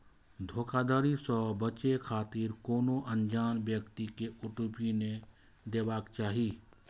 धोखाधड़ी सं बचै खातिर कोनो अनजान व्यक्ति कें ओ.टी.पी नै देबाक चाही